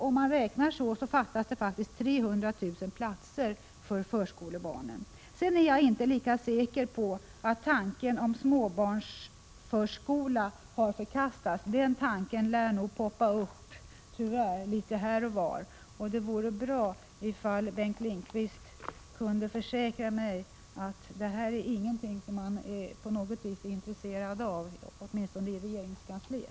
Om man räknar så, visar det sig att det faktiskt fattas 300 000 platser för förskolebarnen. Vidare är jag inte lika säker på att inte tanken om småbarnsförskola har förkastats. Den tanken lär tyvärr komma att poppa upp litet här och var. Det vore bra om Bengt Lindqvist kunde försäkra mig att man åtminstone i regeringskansliet inte på något sätt är intresserad av denna tanke.